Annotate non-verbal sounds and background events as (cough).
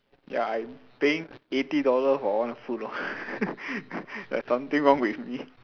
ya I'm paying eighty dollar for one food lor (laughs) like something wrong with me